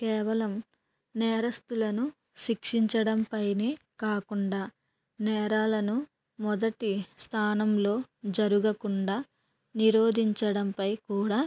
కేవలం నేరస్తులను శిక్షించడం పైనే కాకుండా నేరాలను మొదటి స్థానంలో జరుగకుండా నిరోధించడంపై కూడా